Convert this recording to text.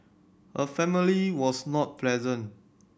her family was not present